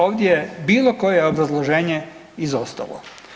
Ovdje je bilo koje obrazloženje izostalo.